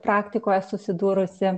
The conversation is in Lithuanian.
praktikoje susidūrusi